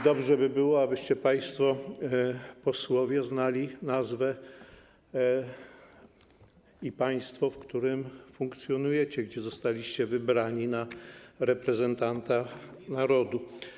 Dobrze by było, abyście państwo posłowie znali nazwę i państwo, w którym funkcjonujecie, w którym zostaliście wybrani na reprezentanta narodu.